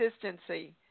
consistency